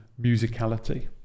musicality